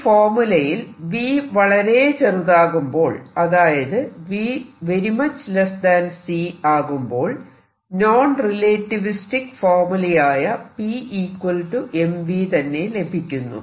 ഈ ഫോർമുലയിൽ v വളരെ ചെറുതാകുമ്പോൾ അതായത് v c ആകുമ്പോൾ നോൺ റിലേറ്റിവിസ്റ്റിക് ഫോർമുലയായ p mv തന്നെ ലഭിക്കുന്നു